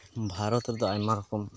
ᱵᱷᱟᱨᱚᱛ ᱨᱮᱫᱚ ᱟᱭᱢᱟ ᱨᱚᱠᱚᱢ